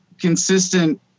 consistent